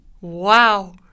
Wow